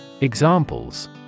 Examples